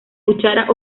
cuchara